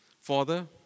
Father